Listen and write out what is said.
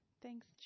Thanks